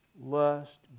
lust